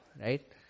right